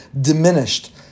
diminished